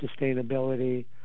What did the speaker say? sustainability